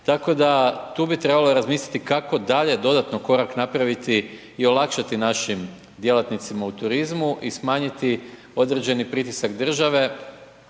tako da tu bi trebalo razmisliti kako dalje dodatno korak napraviti i olakšati našim djelatnicima u turizmu i smanjiti određeni pritisak države